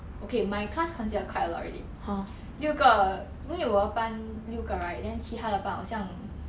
okay my class considered quite a lot already 六个因为我的班六个 right then 其他的班好像